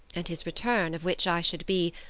and his return, of which i should be,